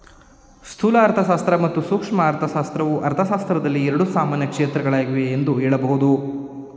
ಸ್ಥೂಲ ಅರ್ಥಶಾಸ್ತ್ರ ಮತ್ತು ಸೂಕ್ಷ್ಮ ಅರ್ಥಶಾಸ್ತ್ರವು ಅರ್ಥಶಾಸ್ತ್ರದಲ್ಲಿ ಎರಡು ಸಾಮಾನ್ಯ ಕ್ಷೇತ್ರಗಳಾಗಿವೆ ಎಂದು ಹೇಳಬಹುದು